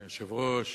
אדוני היושב-ראש,